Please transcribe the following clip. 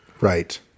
Right